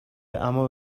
اما